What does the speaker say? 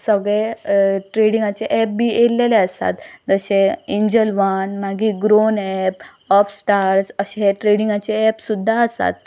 सगळे ट्रेडिंगाचे ऍप बी येयल्लेले आसात जशे एंजल वन मागीर ग्रोन ऍप ऑपस्टार्स अशे हे ट्रेडिंगाचे ऍप सुद्दां आसात